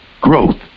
growth